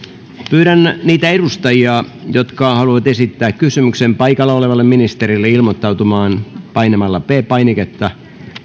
pyydän niitä edustajia jotka haluavat esittää kysymyksen paikalla olevalle ministerille ilmoittautumaan painamalla p painiketta